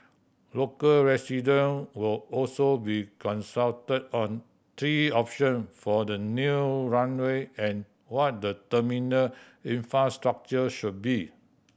local resident will also be consulted on three option for the new runway and what the terminal infrastructure should be